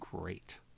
great